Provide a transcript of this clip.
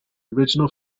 original